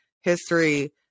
history